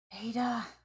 Ada